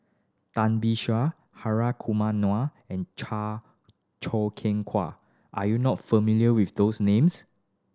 Tan Beng Hri Kumar Nair and Choo Keng Kwang are you not familiar with those names